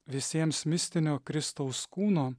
visiems mistinio kristaus kūno